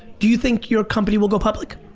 do you think your company will go public?